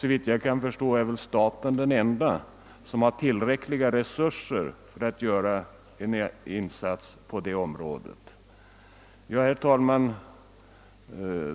Såvitt jag förstår har endast staten tillräckliga resurser att göra en insats på detta område. Herr talman!